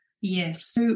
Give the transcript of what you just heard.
Yes